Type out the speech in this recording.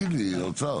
מה?